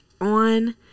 on